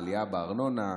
העלייה בארנונה,